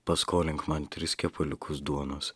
paskolink man tris kepaliukus duonos